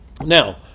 Now